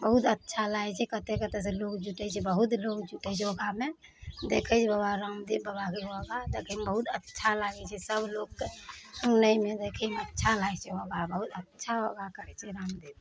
बहुत अच्छा लागै छै कतय कतय सऽ लोग जुटै छै बहुत लोग जुटै छै ओकरामे देखै छै बाबा रामदेव बाबाके योगा देखैमे बहुत अच्छा लागै छै सब लोकके सुनैमे देखैमे अच्छा लागै छै योगा बहुत अच्छा योगा करै छै रामदेव बाबा